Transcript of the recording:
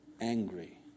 angry